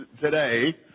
today